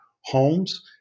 homes